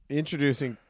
introducing